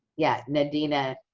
yes, nadina